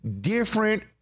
different